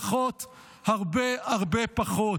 פחות, הרבה הרבה פחות.